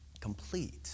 complete